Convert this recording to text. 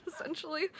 essentially